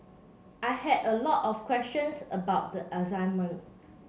I had a lot of questions about the assignment